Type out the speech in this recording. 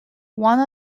one